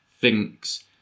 thinks